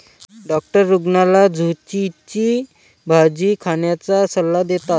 doctor रुग्णाला झुचीची भाजी खाण्याचा सल्ला देतात